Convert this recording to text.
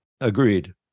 Agreed